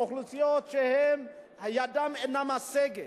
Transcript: אוכלוסיות שידן אינה משגת.